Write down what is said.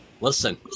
Listen